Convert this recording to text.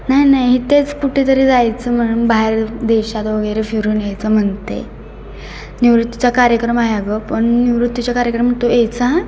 नाही नाही इथेच कुठेतरी जायचं म्हणून बाहेर देशात वगैरे फिरून यायचं म्हणते निवृत्तीचा कार्यक्रम आहे अगं पण निवृत्तीच्या कार्यक्रम तू यायचं हां